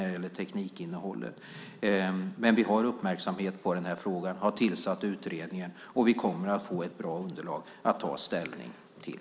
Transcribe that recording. Vi är emellertid uppmärksamma på frågan. Vi har tillsatt en utredning, och vi kommer att få ett bra underlag att ta ställning till.